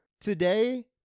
today